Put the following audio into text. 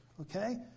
Okay